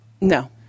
No